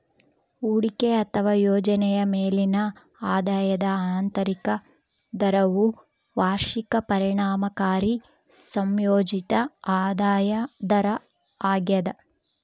ಹೂಡಿಕೆ ಅಥವಾ ಯೋಜನೆಯ ಮೇಲಿನ ಆದಾಯದ ಆಂತರಿಕ ದರವು ವಾರ್ಷಿಕ ಪರಿಣಾಮಕಾರಿ ಸಂಯೋಜಿತ ಆದಾಯ ದರ ಆಗ್ಯದ